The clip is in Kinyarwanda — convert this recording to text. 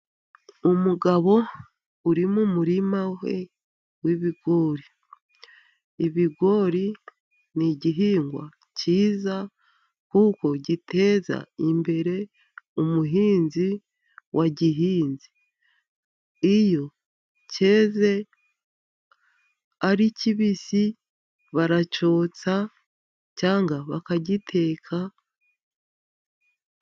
Umugabo uri mu murima we w'ibigori, ibigori n'igihingwa cyiza kuko giteza imbere umuhinzi wa gihinze. Iyo cyeze ari kibisi baracyotsa, cyangwa bakagiteka.